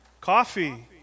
Coffee